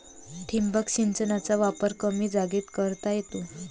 ठिबक सिंचनाचा वापर कमी जागेत करता येतो